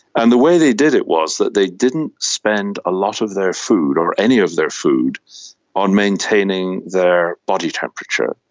and the way they did it was that they didn't spend a lot of their food or any of their food on maintaining their body temperature.